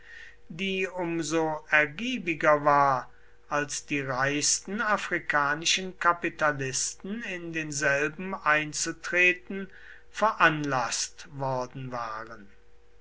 die um so ergiebiger war als die reichsten afrikanischen kapitalisten in denselben einzutreten veranlaßt worden waren